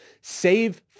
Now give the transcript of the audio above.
save